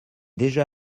déjà